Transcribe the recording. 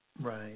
Right